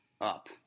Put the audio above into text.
up